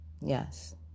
Yes